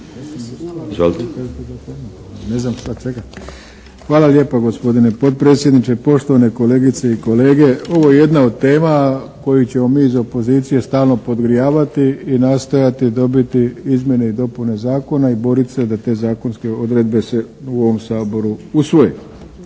Hvala lijepo. Gospodine potpredsjedniče, poštovane kolegice i kolege! Ovo je jedna od tema koju ćemo mi iz opozicije stalno podgrijavati i nastojati dobiti izmjene i dopune zakona i boriti se da zakonske odredbe se u ovom Saboru usvoje.